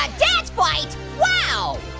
a dance fight? wow!